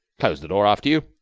close the door after you.